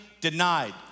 denied